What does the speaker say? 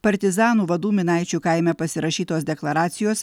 partizanų vadų minaičių kaime pasirašytos deklaracijos